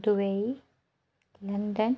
Dubai London